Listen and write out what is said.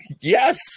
Yes